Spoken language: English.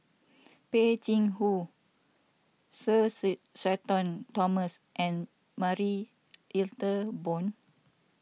Peh Chin Hua Sir Shenton Thomas and Marie Ethel Bong